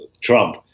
Trump